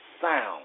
sound